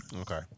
Okay